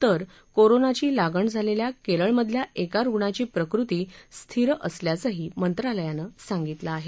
तर कोरोनाची लागण झालेल्या केरळमधल्या एका रुग्णाची प्रकृती स्थीर असल्याचंही मंत्रालयानं सांगितलं आहे